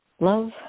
love